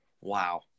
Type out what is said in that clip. Wow